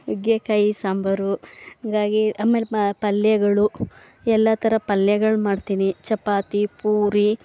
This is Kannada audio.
ನುಗ್ಗೆಕಾಯಿ ಸಾಂಬಾರು ಹಾಗಾಗಿ ಆಮೇಲೆ ಪಲ್ಯಗಳು ಎಲ್ಲ ಥರ ಪಲ್ಯಗಳು ಮಾಡ್ತೀನಿ ಚಪಾತಿ ಪೂರಿ